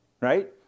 Right